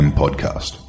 podcast